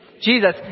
jesus